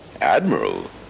Admiral